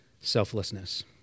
selflessness